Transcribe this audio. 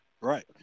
Right